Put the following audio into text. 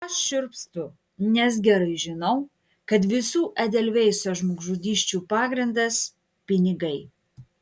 aš šiurpstu nes gerai žinau kad visų edelveiso žmogžudysčių pagrindas pinigai